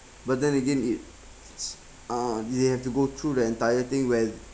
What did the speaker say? but then again it s~ uh you have to go through the entire thing where